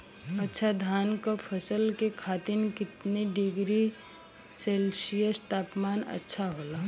अच्छा धान क फसल के खातीर कितना डिग्री सेल्सीयस तापमान अच्छा होला?